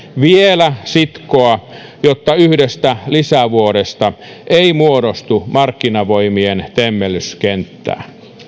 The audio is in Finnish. vielä sitkoa jotta yhdestä lisävuodesta ei muodostu markkinavoimien temmellyskenttää